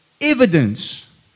evidence